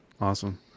Awesome